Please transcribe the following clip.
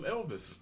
Elvis